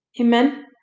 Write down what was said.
Amen